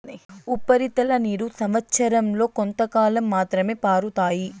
ఉపరితల నీరు సంవచ్చరం లో కొంతకాలం మాత్రమే పారుతాయి